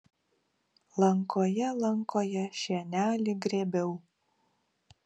lankoje lankoje šienelį grėbiau